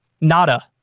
nada